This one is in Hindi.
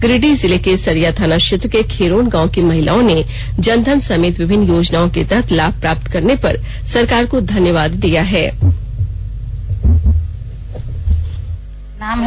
गिरिडीह जिले के सरिया थाना क्षेत्र के खेरोन गांव की महिलाओं ने जनधन समेत विभिन्न योजनाओं के तहत लाभ मिलने पर सरकार को धन्यवाद दिया है